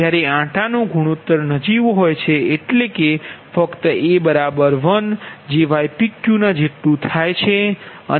જ્યારે આંટા નો ગુણોત્તર નજીવો હોય છે એટલે કે જે ફક્ત a 1 જે ypqના જેટલુ થાય છે